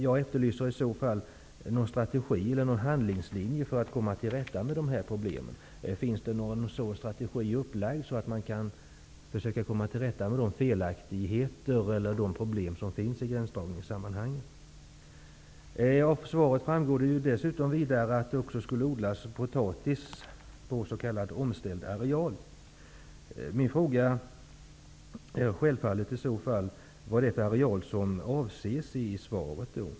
Jag efterlyser en strategi eller en handlingslinje för att komma till rätta med dessa problem. Finns det någon sådan strategi för att försöka komma till rätta med de felaktigheter eller problem som finns i gränsdragningssammanhang? Det framgår vidare av svaret att det skulle odlas potatis på s.k. omställd areal. Min fråga gäller självfallet vilken areal som avses.